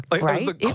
Right